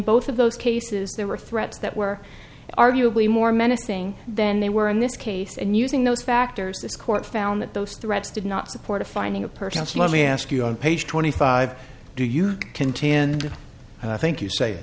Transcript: both of those cases there were threats that were arguably more menacing then they were in this case and using those factors this court found that those threats did not support a finding a person so let me ask you on page twenty five do you contend that i think you say